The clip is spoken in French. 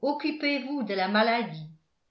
occupez-vous de la maladie